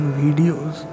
videos